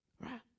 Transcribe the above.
Right